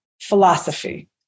philosophy